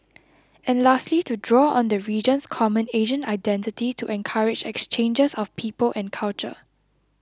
and lastly to draw on the region's common Asian identity to encourage exchanges of people and culture